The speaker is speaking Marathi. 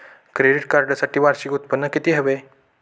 क्रेडिट कार्डसाठी वार्षिक उत्त्पन्न किती हवे?